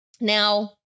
now